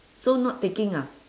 so not taking ah